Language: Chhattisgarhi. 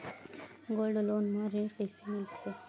गोल्ड लोन म ऋण कइसे मिलथे?